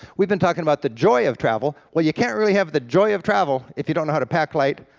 we've been talking about the joy of travel, well you can't really have the joy of travel if you don't know how to pack light,